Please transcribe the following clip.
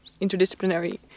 interdisciplinary